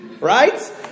right